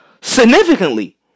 significantly